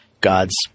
God's